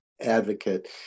advocate